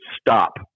stop